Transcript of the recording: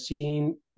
seen